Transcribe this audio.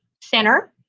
center